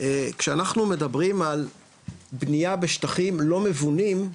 כשאנחנו מדברים על בנייה בשטחים לא מבונים,